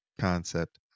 concept